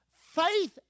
faith